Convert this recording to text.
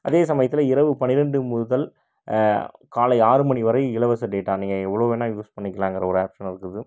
அதே சமயத்தில் இரவு பன்னிரெண்டு முதல் காலை ஆறு மணி வரை இலவச டேட்டா நீங்கள் எவ்வளோ வேணால் யூஸ் பண்ணிக்கலாங்கிற ஒரு ஆப்ஷன் இருக்குது